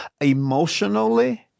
emotionally